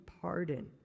pardon